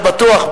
בטוח,